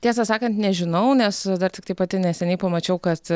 tiesą sakant nežinau nes dar tiktai pati neseniai pamačiau kad